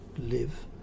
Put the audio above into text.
live